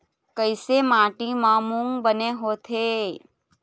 कइसे माटी म मूंग बने होथे?